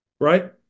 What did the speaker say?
right